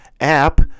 app